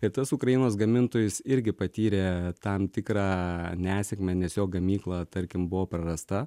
ir tas ukrainos gamintojas irgi patyrė tam tikrą nesėkmę nes jo gamykla tarkim buvo prarasta